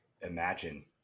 imagine